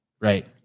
Right